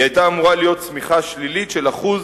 היא היתה אמורה להיות צמיחה שלילית של 1%